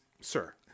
sir